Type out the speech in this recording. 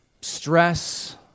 stress